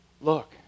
look